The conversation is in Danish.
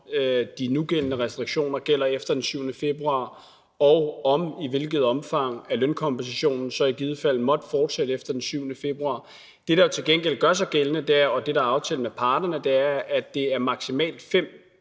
de nuværende restriktioner gælder efter den 7. februar, og for, i hvilket omfang lønkompensationen så i givet fald måtte fortsætte efter den 7. februar. Det, der jo til gengæld gør sig gældende, og det, der er aftalt med parterne, er, at det maksimalt er